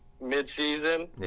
mid-season